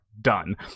Done